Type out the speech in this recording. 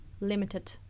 limited